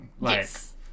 Yes